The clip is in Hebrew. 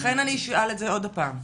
לכן אני אשאל את זה עוד הפעם: